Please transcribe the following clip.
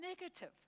negative